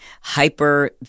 hyper